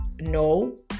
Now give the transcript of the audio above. no